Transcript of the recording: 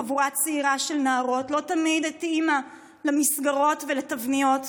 חבורה צעירה של נערות שלא תמיד התאימה למסגרות ולתבניות,